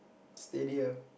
steady eh